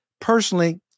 Personally